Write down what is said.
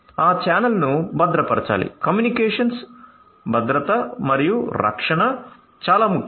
ఆ ఛానెల్ను భద్రపరచాలి కమ్యూనికేషన్స్ భద్రత మరియు రక్షణ చాలా ముఖ్యం